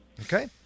Okay